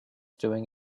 doing